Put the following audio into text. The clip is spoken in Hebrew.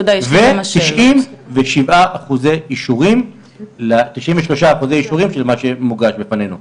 ו-93 אחוזי אישורים מתוך מה שמוגש בפנינו.